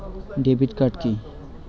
Debit card কি?